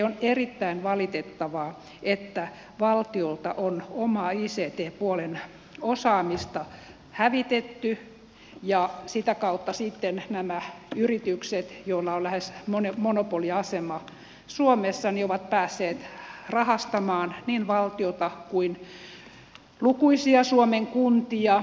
on erittäin valitettavaa että valtiolta on omaa ict puolen osaamista hävitetty ja sitä kautta sitten nämä yritykset joilla on lähes monopoliasema suomessa ovat päässeet rahastamaan niin valtiota kuin lukuisia suomen kuntia